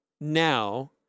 now